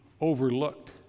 overlooked